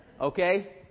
Okay